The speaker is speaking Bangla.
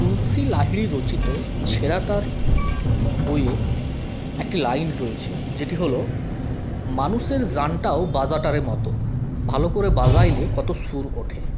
তুলসী লাহিড়ী রচিত ছেঁড়া তার বইয়ে একটি লাইন রয়েছে যেটি হল মানুষের জানটাও বাজাটারে মতো ভালো করে বাজাইলে কত সুর ওঠে